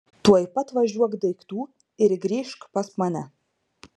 tuoj pat važiuok daiktų ir grįžk pas mane